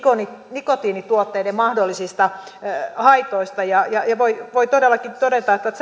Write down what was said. nikotiinituotteiden mahdollisista haitoista voi voi todellakin todeta että että